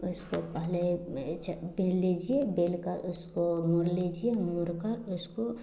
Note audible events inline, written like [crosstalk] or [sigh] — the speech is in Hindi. उसको पहले [unintelligible] बेल लीजिए बेलकर उसको मोड़ लीजिए मोड़कर उसको